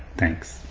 thanks.